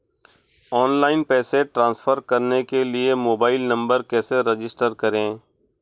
Online पैसे transfer करने के लिए मोबाइल नंबर कैसे रजिस्टर करें?